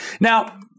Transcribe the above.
Now